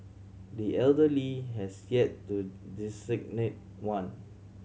the elder Lee has yet to designate one